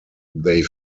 they